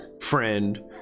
friend